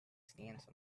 stance